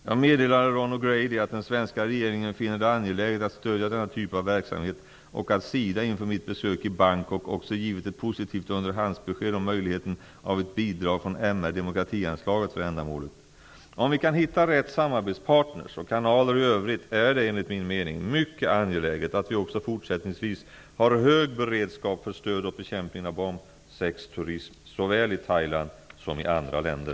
Jag meddelade Ron O'Grady att den svenska regeringen finner det angeläget att stödja denna typ av verksamhet och att SIDA inför mitt besök i Bangkok också givit ett positivt underhandsbesked om möjligheten av ett bidrag från MR/demokrati-anslaget för ändamålet. Om vi kan hitta rätt samarbetspartner och kanaler i övrigt, är det, enligt min mening, mycket angeläget att vi också fortsättningsvis har hög beredskap för stöd åt bekämpningen av barnsexturism såväl i Thailand som i andra länder.